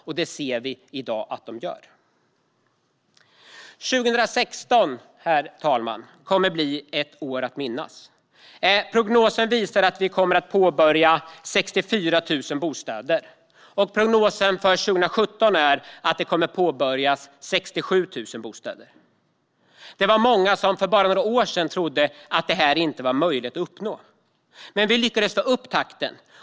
Och det ser vi att de gör i dag. Herr talman! År 2016 kommer att bli ett år att minnas. Prognosen visar att vi kommer att påbörja byggandet av 64 000 bostäder. Prognosen för 2017 är att byggandet av 67 000 bostäder kommer att påbörjas. För bara några år sedan var det många som inte trodde att det skulle vara möjligt att uppnå. Men vi har lyckats få upp takten.